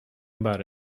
about